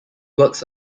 works